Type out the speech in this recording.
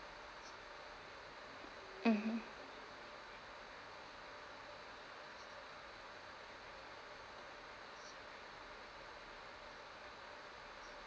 mmhmm